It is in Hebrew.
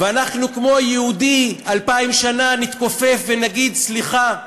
ואנחנו כמו יהודי אלפיים שנה נתכופף ונגיד: סליחה.